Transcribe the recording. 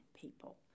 people